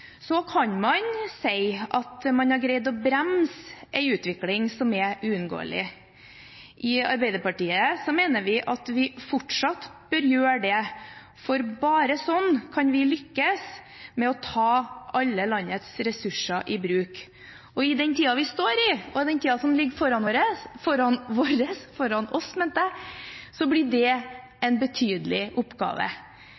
Man kan si at man har greid å bremse en utvikling som er uunngåelig. I Arbeiderpartiet mener vi at vi fortsatt bør gjøre det, for bare sånn kan vi lykkes med å ta alle landets ressurser i bruk. I tiden vi står i, og i tiden som ligger foran oss, blir det en betydelig oppgave. Det er lett å enes om at det